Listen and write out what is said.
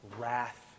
wrath